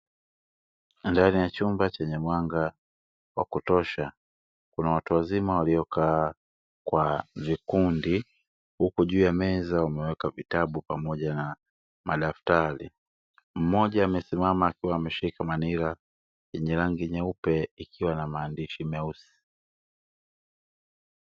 Ndani ya chumba chenye mwanga wa kutosha, kuna watu wazima walioka kwa vikundi huku juu ya meza wameweka vitabu pamoja na madaftari, mmoja amesimama akiwa ameshika manira yenye rangi nyeupe ikiwa na maandishi meupe.